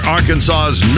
Arkansas's